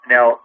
Now